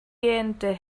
gähnte